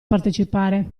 partecipare